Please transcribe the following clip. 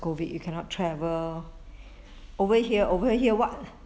COVID you cannot travel over here over here [what]